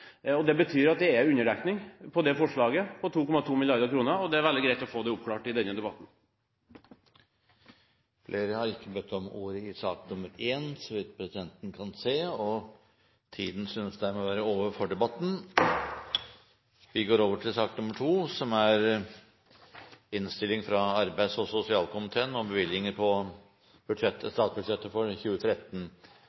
Det betyr at det er underdekning i det forslaget på 2,2 mrd. kr. Det er veldig greit å få det oppklart i denne debatten. Flere har ikke bedt om ordet til sak nr. 1. Etter ønske fra arbeids- og sosialkomiteen vil presidenten foreslå at debatten blir begrenset til 1 time og